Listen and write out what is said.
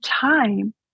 time